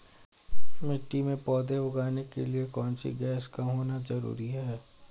मिट्टी में पौधे उगाने के लिए कौन सी गैस का होना जरूरी है?